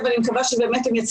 אני מאוד מאוד מקווה שמה שהתבשרתי